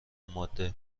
ماده